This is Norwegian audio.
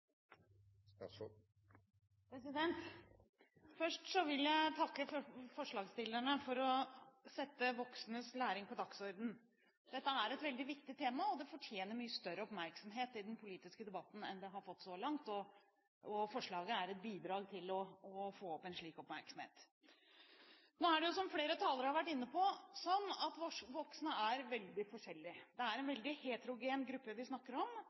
læring. Først vil jeg takke forslagsstillerne for å sette voksnes læring på dagsordenen. Dette er et veldig viktig tema, og det fortjener mye større oppmerksomhet i den politiske debatten enn det har fått så langt, og forslaget er et bidrag til å få opp en slik oppmerksomhet. Nå er det, som flere talere har vært inne på, sånn at voksne er veldig forskjellige. Det er en veldig heterogen gruppe vi snakker om.